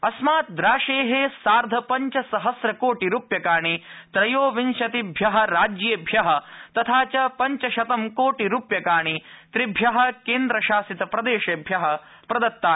अस्मात् राशे सार्धपञ्च सहस्रकोटिरूप्यकाणि त्रयोविंशतिभ्य राज्येभ्य तथा च पञ्चशतं कोटि रूप्यकाणि त्रिभ्य केन्द्रशासित प्रदेशेभ्य प्रदत्तानि